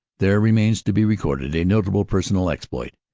there remains to be recorded a notable personal exploit.